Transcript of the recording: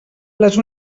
les